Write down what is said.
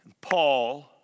Paul